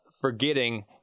forgetting